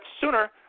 sooner